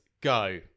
go